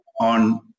on